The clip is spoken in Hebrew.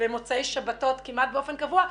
ומוצאי שבתות כמעט באופן קבוע,